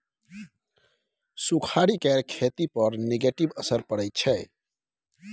सुखाड़ि केर खेती पर नेगेटिव असर परय छै